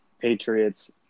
Patriots